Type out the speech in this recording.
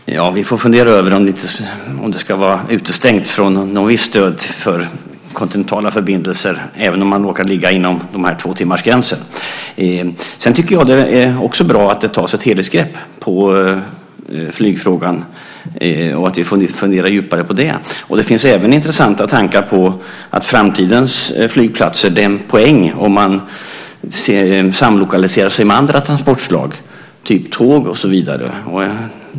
Fru talman! Vi får fundera över om det ska vara utestängt från något visst stöd för kontinentala förbindelser även om man råkar ligga inom den här tvåtimmarsgränsen. Sedan tycker jag också att det är bra att det tas ett helhetsgrepp på flygfrågan och att vi får fundera djupare på den. Det finns även intressanta tankar om att det är en poäng om framtidens flygplatser samlokaliserar sig med andra transportslag som tåg och så vidare.